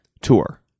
Tour